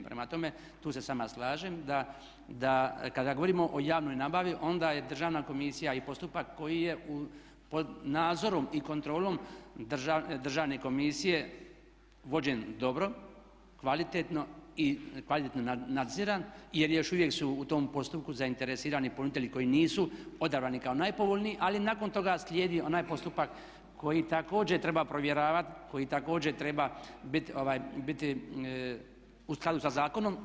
Prema tome tu se s vama slažem da kada govorimo o javnoj nabavi onda je Državna komisija i postupak koji je pod nadzorom i kontrolom Državne komisije vođen dobro, kvalitetno i kvalitetno nadziran jer još uvijek su u tom postupku zainteresirani ponuditelji koji nisu odabrani kao najpovoljniji ali nakon toga slijedi onaj postupak koji također treba povjeravati, koji također treba biti u skladu sa zakonom.